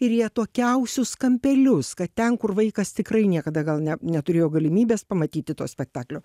ir į atokiausius kampelius kad ten kur vaikas tikrai niekada gal ne neturėjo galimybės pamatyti to spektaklio